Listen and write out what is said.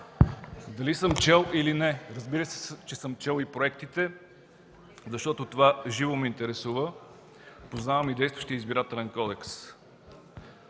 Дали съм чел или не – разбира се, че съм чел и проектите, защото това живо ме интересува. Познавам и действащия Избирателен кодекс.